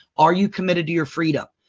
are you committed to your freedom?